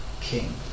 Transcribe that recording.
king